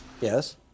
Yes